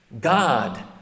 God